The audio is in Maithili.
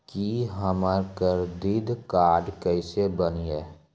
की हमर करदीद कार्ड केसे बनिये?